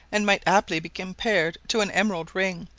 and might aptly be compared to an emerald ring,